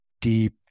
deep